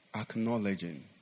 acknowledging